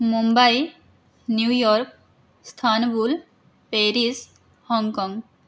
Mumbai New York Istanbul Paris Hong Kong